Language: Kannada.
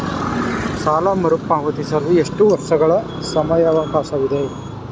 ಸಾಲ ಮರುಪಾವತಿಸಲು ಎಷ್ಟು ವರ್ಷಗಳ ಸಮಯಾವಕಾಶವಿದೆ?